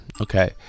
Okay